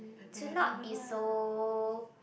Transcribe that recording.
to not be so